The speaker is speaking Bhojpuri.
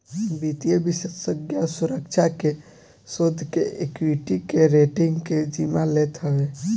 वित्तीय विषेशज्ञ सुरक्षा के, शोध के, एक्वीटी के, रेटींग के जिम्मा लेत हवे